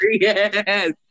yes